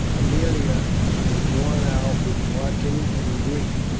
aemilia is worn out with watching and grief,